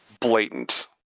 blatant